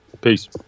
Peace